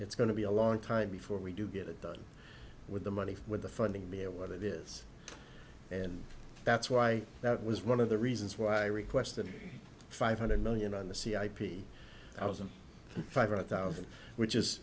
to be a long time before we do get it done with the money with the funding be it what it is and that's why that was one of the reasons why i requested five hundred million on the c ip thousand five hundred thousand which is